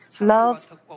love